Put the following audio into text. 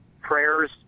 prayers